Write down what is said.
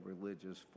religious